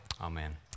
amen